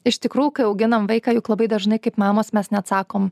iš tikrųjų kai auginam vaiką juk labai dažnai kaip mamos mes neatsakom